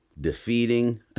defeating